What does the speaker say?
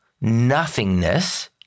nothingness